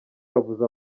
wavuze